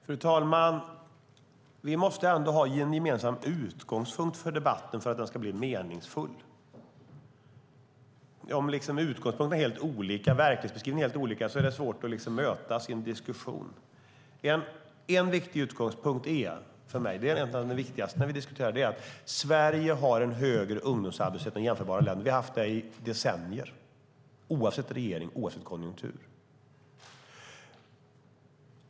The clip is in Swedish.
Fru talman! Vi måste ha en gemensam utgångspunkt för debatten för att den ska bli meningsfull. Om utgångspunkterna och verklighetsbeskrivningen är helt olika är det svårt att mötas i en diskussion. En viktig utgångspunkt för mig är att Sverige har en högre ungdomsarbetslöshet än jämförbara länder. Det har vi haft i decennier oavsett regering och oavsett konjunktur.